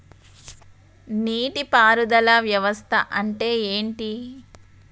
నీటి పారుదల వ్యవస్థ అంటే ఏంటి?